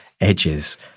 edges